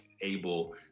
able